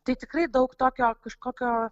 tai tikrai daug tokio kažkokio